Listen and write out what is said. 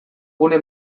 gune